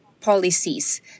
policies